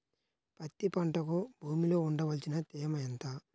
పత్తి పంటకు భూమిలో ఉండవలసిన తేమ ఎంత?